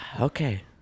Okay